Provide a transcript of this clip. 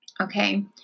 Okay